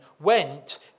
went